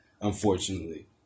Unfortunately